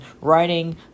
writing